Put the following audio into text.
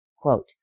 Quote